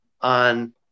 on